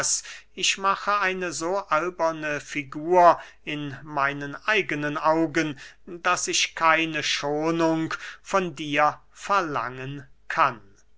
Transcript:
ich mache eine so alberne figur in meinen eigenen augen daß ich keine schonung von dir verlangen kann